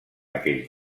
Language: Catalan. aquell